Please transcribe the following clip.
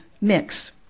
mix